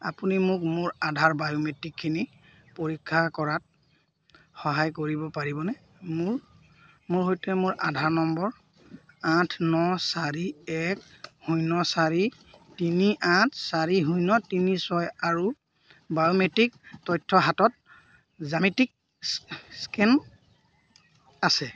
আপুনি মোক মোৰ আধাৰ বায়োমেট্ৰিকখিনি পৰীক্ষা কৰাত সহায় কৰিব পাৰিবনে মোৰ মোৰ সৈতে মোৰ আধাৰ নম্বৰ আঠ ন চাৰি এক শূন্য চাৰি তিনি আঠ চাৰি শূন্য তিনি ছয় আৰু বায়োমেট্ৰিক তথ্য হাতত জ্যামিতিক স্কেন আছে